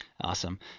Awesome